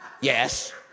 Yes